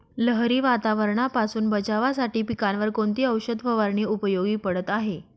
लहरी वातावरणापासून बचावासाठी पिकांवर कोणती औषध फवारणी उपयोगी पडत आहे?